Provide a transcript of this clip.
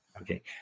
Okay